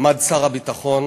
שר הביטחון